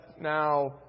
now